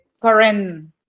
current